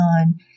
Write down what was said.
on